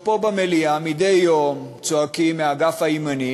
פה במליאה מדי יום צועקים מהאגף הימני,